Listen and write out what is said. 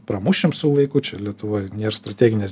pramušim su laiku čia lietuvoj nėr strateginės